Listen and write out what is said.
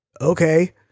okay